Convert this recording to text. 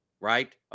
Right